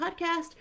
podcast